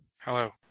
Hello